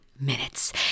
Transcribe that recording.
minutes